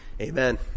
amen